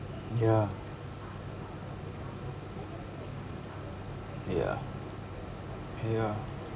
ya ya ya